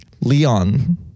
Leon